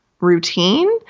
routine